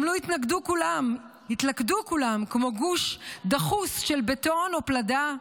גם לו התלכדו כולם כמו גוש דחוס של בטון או של פלדה,